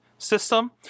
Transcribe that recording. system